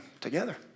together